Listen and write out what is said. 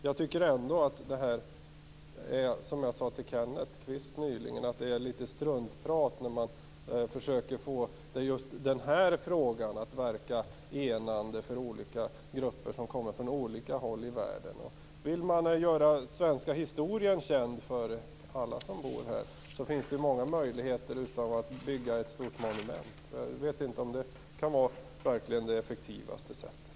Jag tycker ändå - som jag nyligen sade till Kenneth Kvist - att det är struntprat när man försöker att få just den här frågan att verka enande för olika grupper som kommer från olika håll i världen. Om man gör den svenska historien känd för alla som bor här finns det många andra möjligheter än att skapa ett stort monument. Jag vet inte om det verkligen kan vara det mest effektiva sättet.